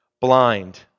Blind